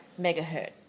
megahertz